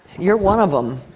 you're one of them.